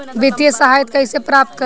वित्तीय सहायता कइसे प्राप्त करी?